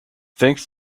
thanks